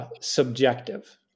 subjective